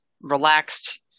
relaxed